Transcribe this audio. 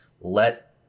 let